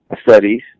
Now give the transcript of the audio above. studies